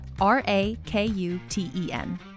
R-A-K-U-T-E-N